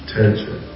Tension